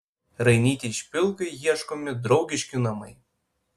rainytei špilkai ieškomi draugiški namai